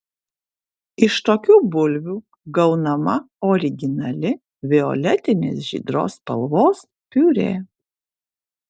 iš tokių bulvių gaunama originali violetinės žydros spalvos piurė